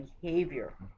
behavior